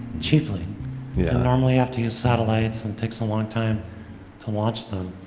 cheaply? you normally have to use satellites and it takes a long time to launch them.